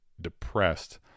depressed